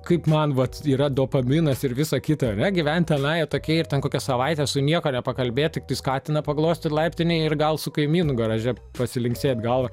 kaip man vat yra dopaminas ir visa kita ar ne gyventi tenai o tokie ir ten kokią savaitę su niekuo nepakalbėt tik tais katina paglostyt laiptinėj ir gal su kaimynu garaže pasilinksėt galva